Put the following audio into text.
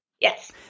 Yes